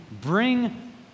bring